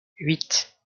huit